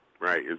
Right